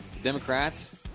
Democrats